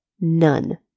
none